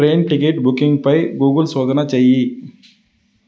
train ticket బుకింగ్పై Google శోధన చేయి